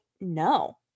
no